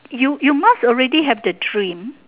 you you must already have the dream